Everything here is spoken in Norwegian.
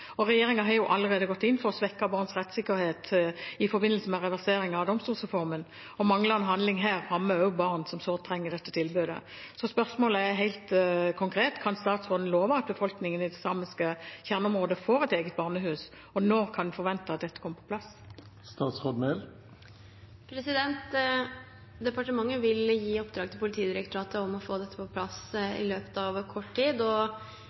og regjeringen har allerede gått inn for å svekke barns rettssikkerhet i forbindelse med reversering av domstolsreformen og manglende handling her rammer også barn som sårt trenger dette tilbudet. Så spørsmålet er helt konkret: Kan statsråden love at befolkningen i det samiske kjerneområdet får et eget barnehus, og når kan man forvente at det kommer på plass? Departementet vil gi Politidirektoratet i oppdrag å få dette på plass i løpet av kort tid.